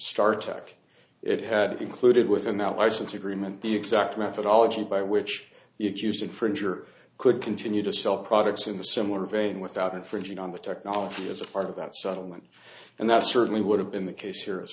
startrek it had included within the license agreement the exact methodology by which it used fridge or could continue to sell products in the similar vein without infringing on the technology is a part of that settlement and that certainly would have been the case here as